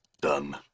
Done